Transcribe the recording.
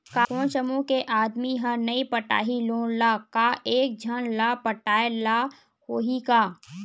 कोन समूह के आदमी हा नई पटाही लोन ला का एक झन ला पटाय ला होही का?